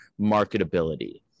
marketability